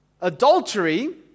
Adultery